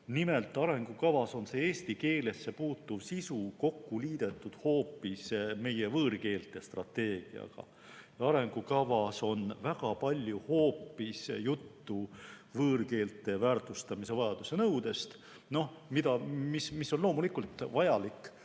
Nimelt, arengukavas on eesti keelesse puutuv sisu kokku liidetud hoopis meie võõrkeelte strateegiaga. Arengukavas on väga palju juttu hoopis võõrkeelte väärtustamise vajadusest, mis on loomulikult vajalik,